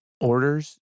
orders